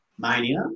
Mania